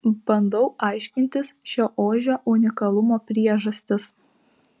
bandau aiškintis šio ožio unikalumo priežastis